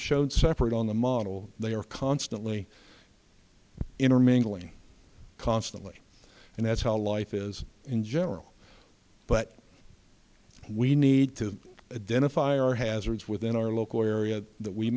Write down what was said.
separate on the model they are constantly intermingling constantly and that's how life is in general but we need to a den of fire hazards within our local area that we